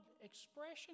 expression